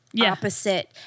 opposite